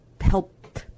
help